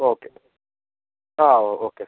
okay ആ okay sir